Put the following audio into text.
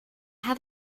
have